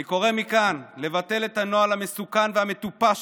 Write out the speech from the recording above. אני קורא מכאן לבטל את הנוהל המסוכן והמטופש